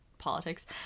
politics